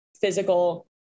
physical